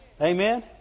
Amen